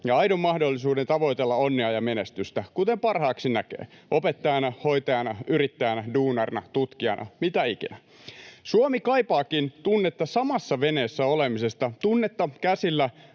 ja aidon mahdollisuuden tavoitella onnea ja menestystä, kuten parhaaksi näkee: opettajana, hoitajana, yrittäjänä, duunarina, tutkijana, mitä ikinä. Suomi kaipaakin tunnetta samassa veneessä olemisesta, tunnetta käsillä